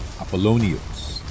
Apollonius